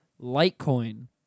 Litecoin